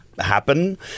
happen